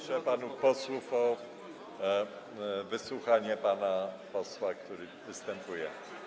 Proszę panów posłów o wysłuchanie pana posła, który występuje.